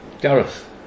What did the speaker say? Gareth